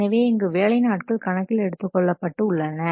எனவே இங்கு வேலை நாட்கள் கணக்கில் எடுத்துக் கொள்ளப்பட்டு உள்ளன